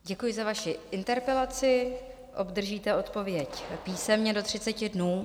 Děkuji za vaši interpelaci, obdržíte odpověď písemně do 30 dnů.